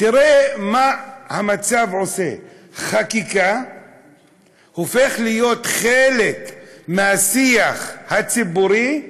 תראה מה המצב עושה: חקיקה הופכת להיות חלק מהשיח הציבורי,